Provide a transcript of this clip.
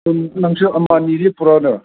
ꯅꯪꯁꯨ ꯑꯃ ꯑꯅꯤꯗꯤ ꯄꯨꯔꯛꯎꯅꯦ